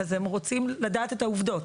רוצים לדעת את העובדות,